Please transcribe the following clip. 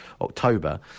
October